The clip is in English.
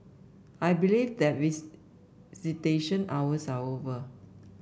I believe that visitation hours are over